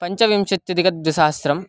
पञ्चविंशत्यधिकद्विसहस्रम्